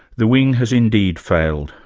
the wing has indeed failed,